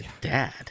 dad